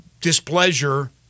displeasure